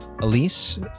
Elise